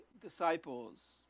disciples